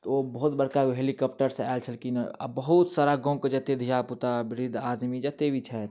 ओ बहुत बड़का एगो हेलीकॉप्टर से आएल छलखिन हँ आ बहुत सारा गाँवके जतेक धिआपुता वृद्ध आदमी जतेक भी छथि